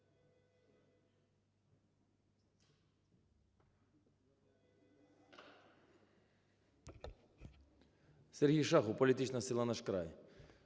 СергійШахов, політична сила "Наш край".